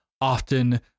often